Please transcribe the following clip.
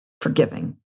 forgiving